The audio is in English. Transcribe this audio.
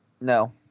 No